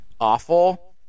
awful